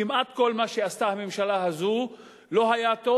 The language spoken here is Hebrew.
כמעט כל מה שעשתה הממשלה הזאת לא היה טוב,